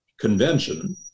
convention